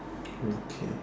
okay